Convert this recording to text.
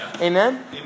Amen